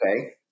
okay